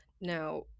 now